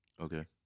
Okay